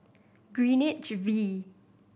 Greenwich V